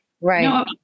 Right